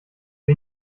sie